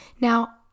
Now